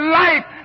life